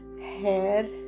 hair